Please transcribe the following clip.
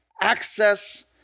access